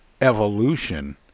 evolution